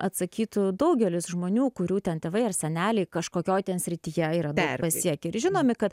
atsakytų daugelis žmonių kurių ten tėvai ar seneliai kažkokioj srityje yra daug pasiekę ir žinomi kad